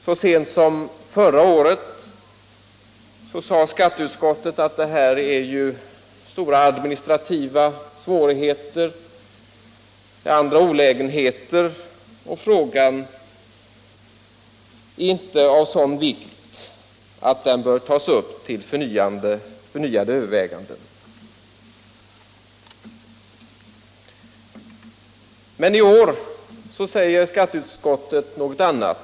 Så sent som förra året uttalade skatteutskottet att här föreligger stora administrativa svårigheter och andra olägenheter och att frågan inte är av sådan vikt att den bör tas upp till förnyade överväganden. Men i år säger skatteutskottet något annat.